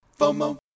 FOMO